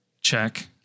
check